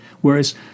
whereas